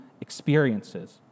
experiences